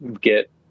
get